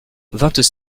vingt